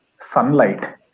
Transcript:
sunlight